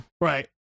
right